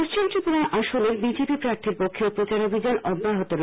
পশ্চিম ত্রিপুরা আসনের বিজেপি প্রার্থীর পক্ষেও প্রচারাভিযান অব্যাহত রয়েছে